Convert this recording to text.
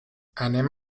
anem